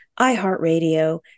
iHeartRadio